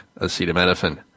acetaminophen